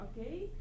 Okay